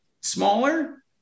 smaller